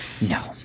No